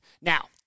Now